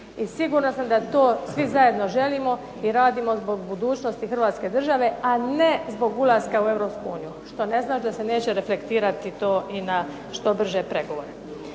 sigurna sam da to svi zajedno želimo i radimo zbog budućnosti Hrvatske države, a ne zbog ulaska u Europsku uniju što ne znači da se neće reflektirati to i na što brže pregovore.